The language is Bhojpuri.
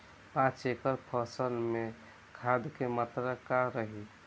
पाँच एकड़ फसल में खाद के मात्रा का रही?